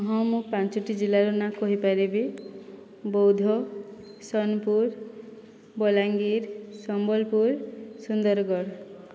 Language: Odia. ହଁ ମୁଁ ପାଞ୍ଚଟି ଜିଲ୍ଲାର ନାଁ କହିପାରିବି ବୌଦ୍ଧ ସୋନପୁର ବଲାଙ୍ଗୀର ସମ୍ବଲପୁର ସୁନ୍ଦରଗଡ଼